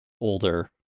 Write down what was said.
older